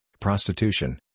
prostitution